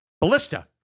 ballista